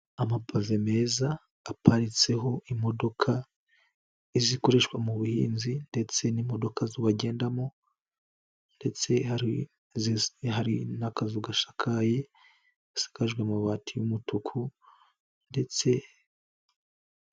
Amapave meza aparitseho imodoka, izikoreshwa mu buhinzi ndetse n'imodoka zo bagendamo ndetse hari n'akazu gasakaye gasakajwe amabati y'umutuku ndetse.